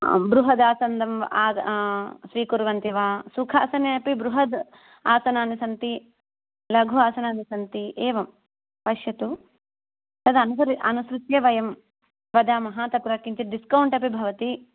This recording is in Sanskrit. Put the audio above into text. आं बृहदासन्दं स्वीकुर्वन्ति वा सुखासने अपि बृहत् आसनानि सन्ति लघु आसनानि सन्ति एवं पश्यतु तदानुसरम् अनुसृत्य वयं वदामः तत्र किञ्चित् डिस्कौण्ट् अपि भवति